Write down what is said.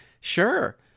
Sure